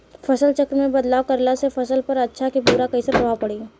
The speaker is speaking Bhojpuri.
फसल चक्र मे बदलाव करला से फसल पर अच्छा की बुरा कैसन प्रभाव पड़ी?